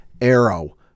Arrow